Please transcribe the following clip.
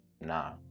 nah